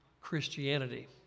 Christianity